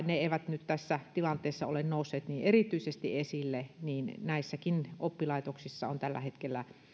ne eivät nyt tässä tilanteessa ole nousseet niin erityisesti esille niin näissäkin oppilaitoksissa on tällä hetkellä